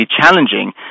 challenging